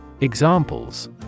Examples